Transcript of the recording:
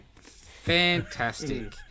fantastic